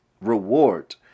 reward